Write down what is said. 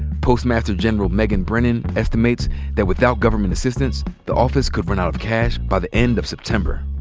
postmaster general megan brennan estimates that without government assistance the office could run out of cash by the end of september.